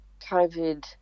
COVID